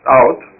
out